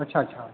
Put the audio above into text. अच्छा अच्छा